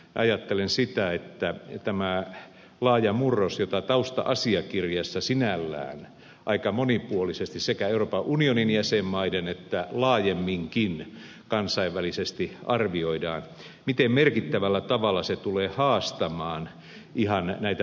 ajattelen tätä laajaa murrosta jota tausta asiakirjassa sinällään aika monipuolisesti sekä euroopan unionin jäsenmaiden kannalta että laajemminkin kansainvälisesti arvioidaan miten merkittävällä tavalla se tulee haastamaan ihan näitä peruskysymyksiä